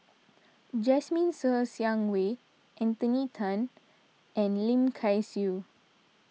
Jasmine Ser Xiang Wei Anthony then and Lim Kay Siu